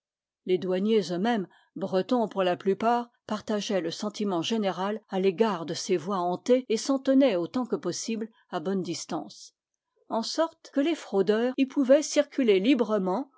les douaniers eux-mêmes bretons pour la plupart partageaient le sentiment général à l'égard de ces voies hantées et s'en tenaient autant que possible à bonne distance en sorte que les fraudeurs y pouvaient circuler librement